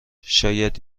شاید